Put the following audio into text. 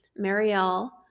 Marielle